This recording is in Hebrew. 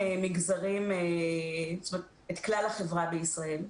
את כלל החברה בישראל.